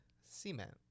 Cement